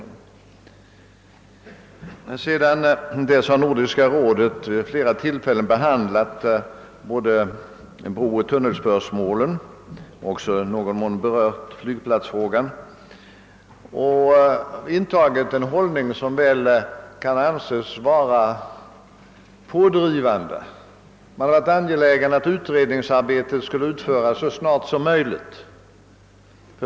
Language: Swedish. Men sedan dess har Nordiska rådet vid flera tillfällen behandlat både brooch tunnelspörsmålen samt även i någon mån berört flygplatsfrågan och intagit en hållning som väl kan anses vara pådrivande. Man har varit angelägen att utredningsarbetet skulle utföras så snart som möjligt.